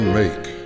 make